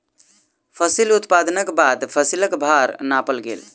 फसिल उत्पादनक बाद फसिलक भार नापल गेल